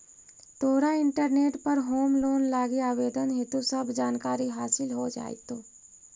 तोरा इंटरनेट पर home loan लागी आवेदन हेतु सब जानकारी हासिल हो जाएतो